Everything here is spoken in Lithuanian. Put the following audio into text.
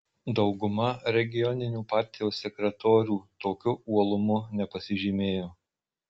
dauguma regioninių partijos sekretorių tokiu uolumu nepasižymėjo